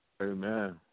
Amen